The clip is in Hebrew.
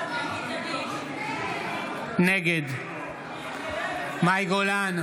נגד מאי גולן,